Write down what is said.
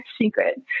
secret